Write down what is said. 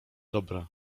dobra